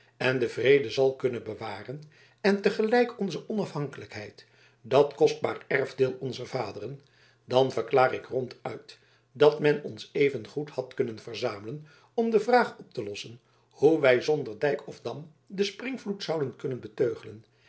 en den vrede zal kunnen bewaren en te gelijk onze onafhankelijkheid dat kostbaar erfdeel onzer vaderen dan verklaar ik ronduit dat men ons evengoed had kunnen verzamelen om de vraag op te lossen hoe wij zonder dijk of dam den springvloed zouden kunnen beteugelen